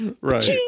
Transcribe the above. right